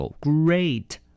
Great